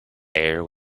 air